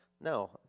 No